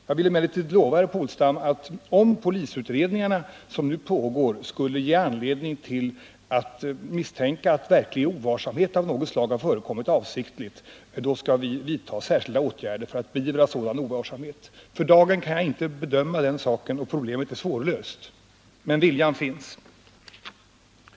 Jag vill emellertid lova herr Polstam att vi, om de polisutredningar som nu pågår skulle ge anledning att misstänka, att verklig och avsiktlig ovarsamhet av något slag har förekommit, skall vidta särskilda åtgärder för att beivra sådan ovarsamhet. För dagen kan jag inte bedöma den saken, och problemet är svårlöst, men viljan att komma till rätta med det finns.